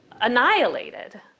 annihilated